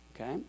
Okay